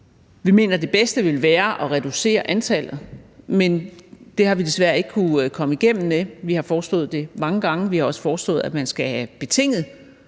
Vi mener, at det bedste ville være at reducere antallet, men det har vi desværre ikke kunnet komme igennem med. Vi har foreslået det mange gange. Vi har også foreslået, at man skal have betinget